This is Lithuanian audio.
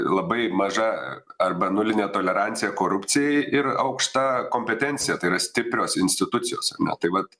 labai maža arba nulinė tolerancija korupcijai ir aukšta kompetencija tai yra stiprios institucijos ar ne tai vat